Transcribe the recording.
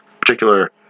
particular